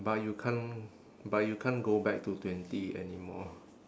but you can't but you can't go back to twenty anymore